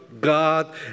God